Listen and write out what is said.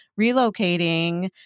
relocating